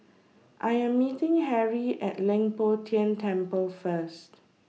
I Am meeting Harrie At Leng Poh Tian Temple First